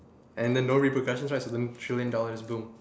and then no repercussions right so then trillion dollars boom